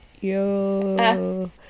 yo